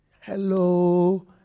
Hello